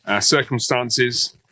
circumstances